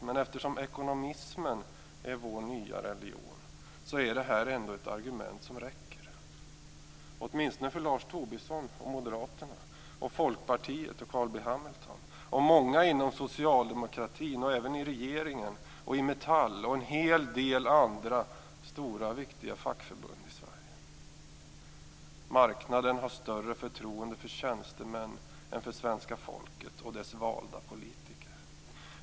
Men eftersom ekonomismen är vår nya religion är det här ändå ett argument som räcker, åtminstone för Lars Tobisson och Moderaterna, för Carl B Hamilton och Folkpartiet, för många inom socialdemokratin - även i regeringen - samt för Metall och en hel del andra stora och viktiga fackförbund i Sverige. Marknaden har ett större förtroende för tjänstemän än för svenska folket och dess valda politiker.